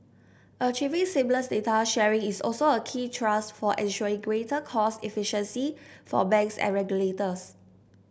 achieving seamless data sharing is also a key thrust for ensuring greater cost efficiency for banks and regulators